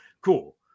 Cool